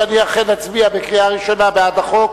ואני אכן אצביע בקריאה ראשונה בעד החוק,